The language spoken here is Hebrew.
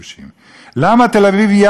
למה תל-אביב יפו ואדמות שיח'